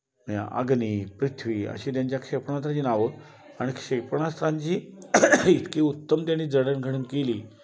आणि अग्नी पृथ्वी अशी त्यांच्या क्षेपणास्त्रांची नावं आणि क्षेपणास्त्रांची इतकी उत्तम त्यांनी जडण घडण केली